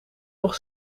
nog